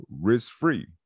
risk-free